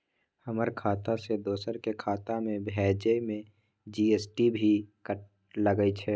हमर खाता से दोसर के खाता में भेजै में जी.एस.टी भी लगैछे?